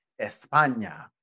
España